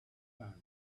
sand